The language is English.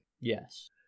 Yes